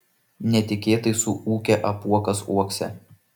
netikėtai suūkia apuokas uokse